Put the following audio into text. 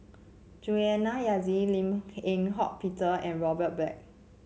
Juliana Yasin Lim Eng Hock Peter and Robert Black